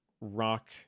rock